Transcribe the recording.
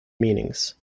meanings